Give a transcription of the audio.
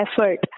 effort